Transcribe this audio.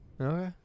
Okay